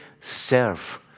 serve